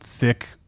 thick